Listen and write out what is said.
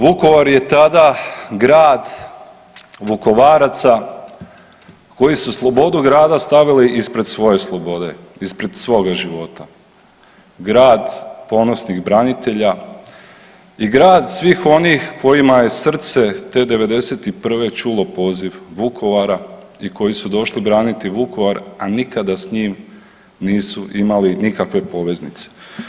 Vukovar je tada grad Vukovaraca koji su slobodu grada stavili ispred svoje slobode i ispred svoga života, grad ponosnih branitelja i grad svih onih kojima je srce te '91. čulo poziv Vukovara i koji su došli braniti Vukovar, a nikada s njim nisu imali nikakve poveznice.